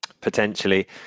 potentially